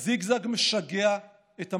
הזיגזג משגע את המערכת.